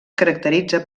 caracteritza